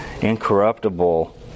incorruptible